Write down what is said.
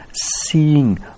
seeing